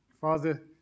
Father